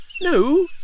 no